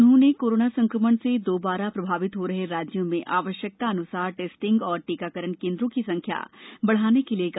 उन्होंने कोरोना संक्रमण से पुनः प्रभावित हो रहे राज्यों में आवश्यकतानुसार टेस्टिंग और टीकाकरण केंद्रों की संख्या बढ़ाने के लिए कहा